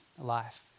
life